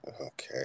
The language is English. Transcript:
Okay